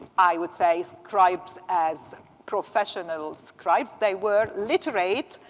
i would say, scribes as professional scribes. they were literate,